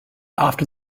after